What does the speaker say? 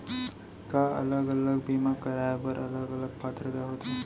का अलग अलग बीमा कराय बर अलग अलग पात्रता होथे?